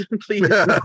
please